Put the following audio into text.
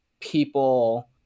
people